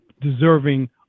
deserving